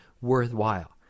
worthwhile